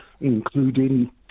including